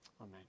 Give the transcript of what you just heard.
amen